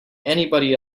anybody